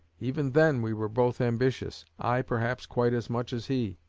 even then, we were both ambitious i perhaps quite as much as he.